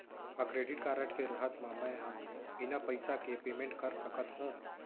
का credit card के रहत म, मैं ह बिना पइसा के पेमेंट कर सकत हो?